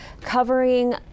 covering